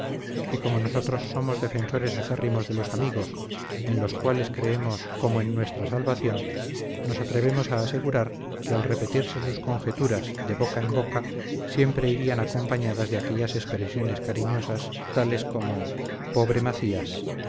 y como nosotros somos defensores acérrimos de los amigos en los cuales creemos como en nuestra salvación nos atrevemos a asegurar que al repetirse sus conjeturas de boca en boca siempre irían acompañadas de aquellas expresiones cariñosas tales como pobre macías